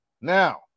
now